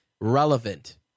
relevant